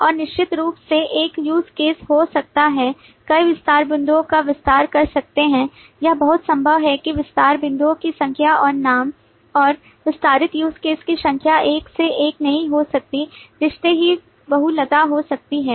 और निश्चित रूप से एक use caseहो सकता है कई विस्तार बिंदुओं का विस्तार कर सकते हैं यह बहुत संभव है कि विस्तार बिंदुओं की संख्या और नाम और विस्तारित use cases की संख्या एक से एक नहीं हो सकती है रिश्ते की बहुलता हो सकती है